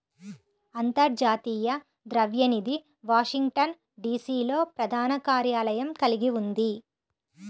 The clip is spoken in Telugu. అంతర్జాతీయ ద్రవ్య నిధి వాషింగ్టన్, డి.సి.లో ప్రధాన కార్యాలయం కలిగి ఉంది